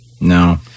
No